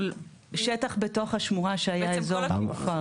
שטח בתוך השמורה שהיה אזור מופר.